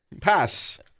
Pass